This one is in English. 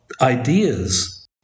ideas